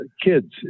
kids